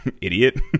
idiot